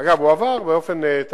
אגב, הוא עבר את ההכשרה,